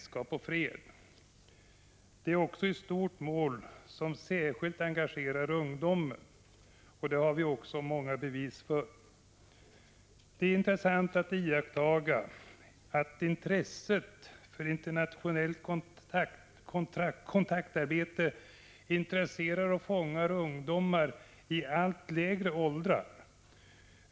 1985/86:105 vänskap och fred. Och detta är ju ett stort mål, som särskilt bör engagera ungdomen. Vi har också många bevis för att så är fallet. Det är intressant att iaktta att intresset för internationellt kontaktarbete intresserar och fångar ungdomar i allt lägre åldrar.